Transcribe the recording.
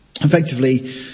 effectively